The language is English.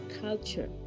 culture